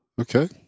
Okay